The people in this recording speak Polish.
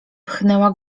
pchnęła